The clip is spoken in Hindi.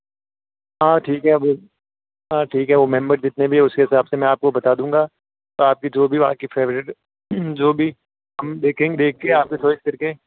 हाँ ठीक है वो हाँ ठीक है वो मेम्बर जितने भी हैं उसके हिसाब से मैं आपको बता दूंगा तो आपकी जो भी वहाँ की फ़ेवरेट जो भी हम देखेंगे देख के आपको सर्च करके